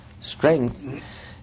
strength